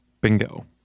Bingo